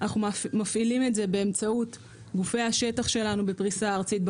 אנחנו מפעילים את זה באמצעות גופי השטח שלנו בפריסה ארצית.